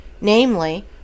namely